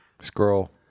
Scroll